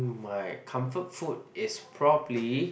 my comfort food is probably